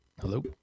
Hello